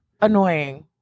Annoying